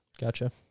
gotcha